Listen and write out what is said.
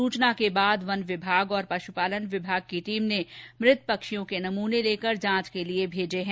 सूचना के बाद वन विभाग और पशुपालन विभाग की टीम ने मृत पक्षियों के नमूने लेकर जांच के लिए भेजे है